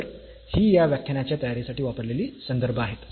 तर ही या व्याख्यानाच्या तयारीसाठी वापरलेली संदर्भ आहेत